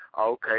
okay